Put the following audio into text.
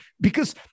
because-